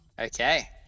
okay